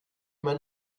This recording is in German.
man